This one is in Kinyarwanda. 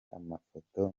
amafoto